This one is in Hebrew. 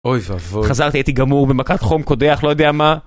אוי ואבוי, חזרתי איתי גמור במכת חום קודח לא יודע מה